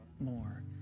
more